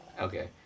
Okay